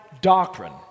doctrine